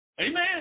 Amen